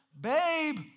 Babe